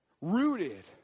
Rooted